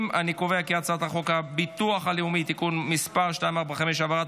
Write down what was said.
ההצעה להעביר את הצעת חוק הביטוח הלאומי (תיקון מס' 245) (העברת